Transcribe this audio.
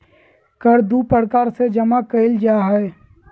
कर दू प्रकार से जमा कइल जा हइ